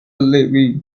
levy